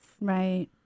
Right